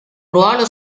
ruolo